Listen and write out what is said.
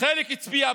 חלק הצביע בעד,